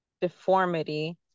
deformity